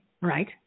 right